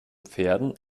pferden